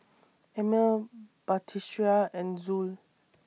Ammir Batrisya and Zul